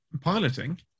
Piloting